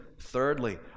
thirdly